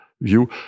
view